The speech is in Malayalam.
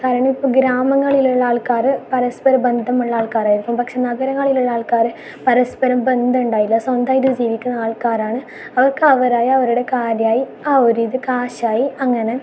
കാരണമിപ്പോൾ ഗ്രാമങ്ങളിലുള്ള ആൾക്കാർ പരസ്പരം ബന്ധമുള്ള ആൾക്കാറായിരിക്കും പക്ഷേ നഗരങ്ങളിലുള്ള ആൾക്കാർ പരസ്പരം ബന്ധമുണ്ടായില്ല സ്വന്തമായിട്ട് ജീവിക്കുന്ന ആൾക്കാരാണ് അവർക്ക് അവരായി അവരുടെ കാര്യായി ആ ഒരിത് കാശായി അങ്ങനെ